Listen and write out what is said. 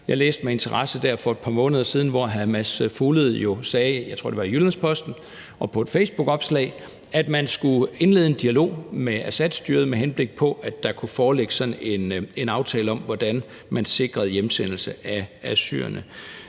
Jeg læste med interesse for et par måneder siden, jeg tror, det var i Jyllands-Posten og i et facebookopslag, at hr. Mads Fuglede sagde, at man skulle indlede en dialog med Assadstyret, med henblik på at der kunne foreligge sådan en aftale om, hvordan man sikrede hjemsendelse af syrerne.